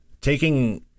taking